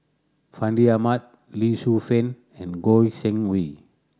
Fandi Ahmad Lee Shu Fen and Goi Seng Hui